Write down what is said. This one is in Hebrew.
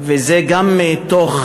וזה גם מתוך